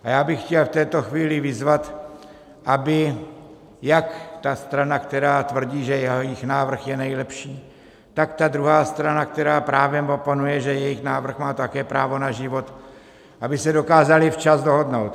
A já bych chtěl v tuto chvíli vyzvat, aby jak ta strana, která tvrdí, že jejich návrh je nejlepší, tak druhá strana, která právem oponuje, že jejich návrh má také právo na život, aby se dokázaly včas dohodnout.